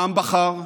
העם בחר,